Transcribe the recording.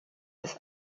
des